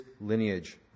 lineage